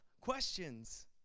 questions